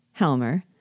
Helmer